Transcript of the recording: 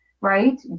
right